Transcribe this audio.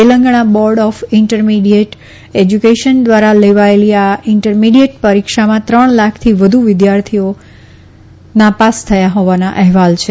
Telangana board of intermediate education ધ્વારા લેવાયેલી આ ઈન્ટર મીડીયેટ પરીક્ષામાં ત્રણ લાખથી વધુ વિદ્યાર્થીઓ નાપાસ થયા હોવાના અહેવાલ છે